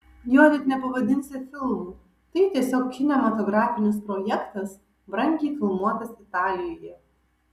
jo net nepavadinsi filmu tai tiesiog kinematografinis projektas brangiai filmuotas italijoje